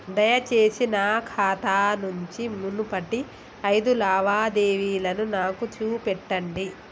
దయచేసి నా ఖాతా నుంచి మునుపటి ఐదు లావాదేవీలను నాకు చూపెట్టండి